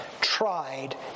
tried